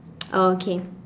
oh okay